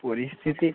পরিস্থিতি